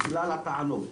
בגלל הטענות,